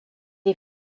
est